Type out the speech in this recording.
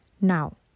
Now